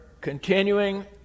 continuing